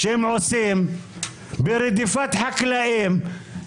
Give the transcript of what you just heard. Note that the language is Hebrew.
ברדיפת חקלאים,